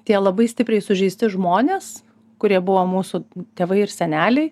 tie labai stipriai sužeisti žmonės kurie buvo mūsų tėvai ir seneliai